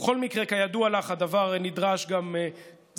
ובכל מקרה, כידוע לך, נדרש גם זמן,